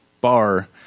bar